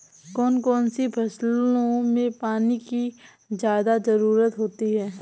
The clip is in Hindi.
कौन कौन सी फसलों में पानी की ज्यादा ज़रुरत होती है?